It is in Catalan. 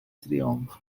triomf